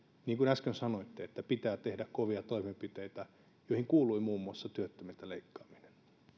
niin kuin äsken sanoitte että pitää tehdä kovia toimenpiteitä joihin kuului muun muassa työttömiltä leikkaaminen